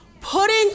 putting